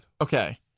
okay